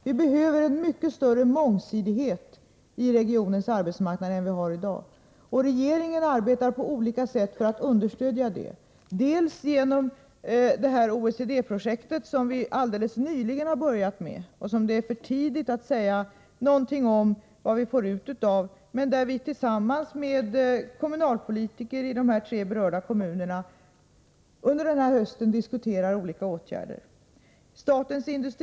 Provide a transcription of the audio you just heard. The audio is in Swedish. Men det behövs mycket mera av mångsidighet när det gäller arbetsmarknaden i den här regionen än det finns i dag. Regeringen söker därför på olika sätt att ge sitt stöd. Det sker bl.a. genom det OECD-projekt som alldeles nyligen påbörjats. Det är ännu för tidigt att säga någonting om vad vi kan få ut av det projektet. Tillsammans med kommunalpolitiker från de tre berörda kommunerna diskuterar vi denna höst olika åtgärder i detta sammanhang.